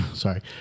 Sorry